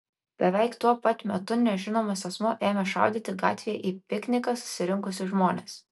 beveik tuo pat metu nežinomas asmuo ėmė šaudyti gatvėje į pikniką susirinkusius žmones